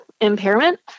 impairment